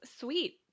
sweet